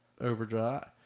overdrive